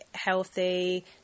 healthy